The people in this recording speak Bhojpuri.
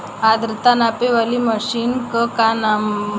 आद्रता नापे वाली मशीन क का नाव बा?